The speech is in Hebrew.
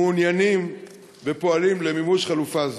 מעוניינים ופועלים למימוש חלופה זו,